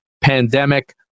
pandemic